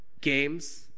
games